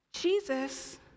Jesus